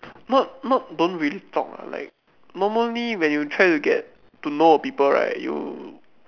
not not don't really talk lah like normally when you try to get to know of people right you